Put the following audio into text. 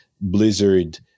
Blizzard-